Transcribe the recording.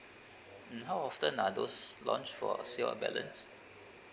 mm how often are those launch for a sale of balance